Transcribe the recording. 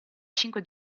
cinque